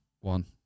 one